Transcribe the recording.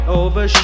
over